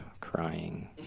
crying